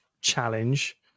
challenge